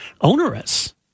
onerous